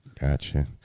Gotcha